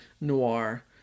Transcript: noir